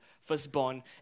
firstborn